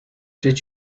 did